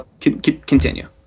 continue